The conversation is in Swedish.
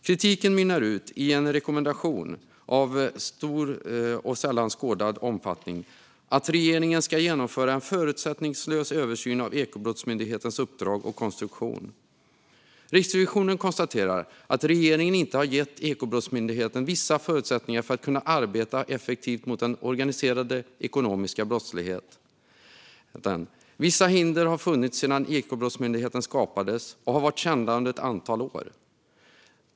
Kritiken mynnar ut i en rekommendation, av stor och sällan skådad omfattning, om att regeringen ska genomföra en förutsättningslös översyn av Ekobrottsmyndighetens uppdrag och konstruktion. Riksrevisionen konstaterar att regeringen inte har gett Ekobrottsmyndigheten vissa förutsättningar för att kunna arbeta effektivt mot den organiserade ekonomiska brottsligheten. Vissa hinder har funnits sedan Ekobrottsmyndigheten skapades och har varit kända under ett antal år.